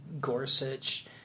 Gorsuch